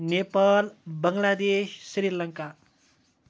Nepal Bangladesh Sri Lanka